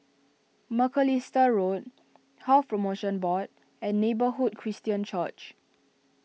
Macalister Road Health Promotion Board and Neighbourhood Christian Church